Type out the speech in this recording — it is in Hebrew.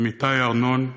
אמיתי ארנון,